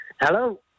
Hello